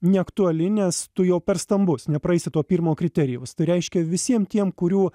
neaktuali nes tu jau per stambus nepraeisi to pirmo kriterijaus tai reiškia visiem tiem kurių